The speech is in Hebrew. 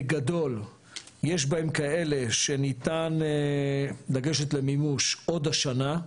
בגדול יש בהם כאלה שניתן לגשת למימוש עוד השנה,